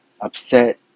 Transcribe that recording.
upset